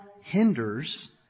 hinders